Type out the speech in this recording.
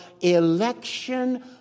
election